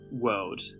world